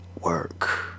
work